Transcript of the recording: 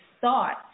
thoughts